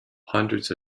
hundreds